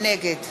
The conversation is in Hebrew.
נגד